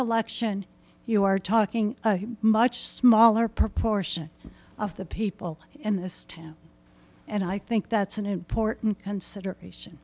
election you are talking much smaller proportion of the people in this town and i think that's an important consideration